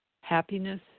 happiness